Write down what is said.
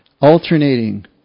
Alternating